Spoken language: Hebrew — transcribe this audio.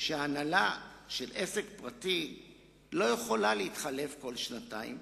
שהנהלה של עסק פרטי לא יכולה להתחלף כל שנתיים,